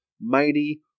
mighty